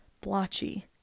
blotchy